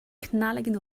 knalligen